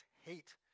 hate